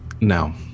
Now